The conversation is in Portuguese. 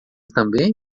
também